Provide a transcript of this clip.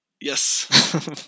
Yes